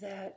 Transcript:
that